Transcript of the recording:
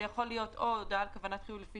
זה יכול להיות או הודעה על כוונת חיוב לפי